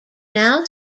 now